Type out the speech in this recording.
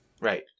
right